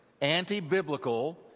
anti-biblical